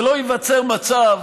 שלא ייווצר מצב